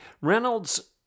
Reynolds